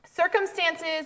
circumstances